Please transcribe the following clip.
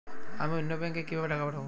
আমি অন্য ব্যাংকে কিভাবে টাকা পাঠাব?